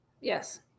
Yes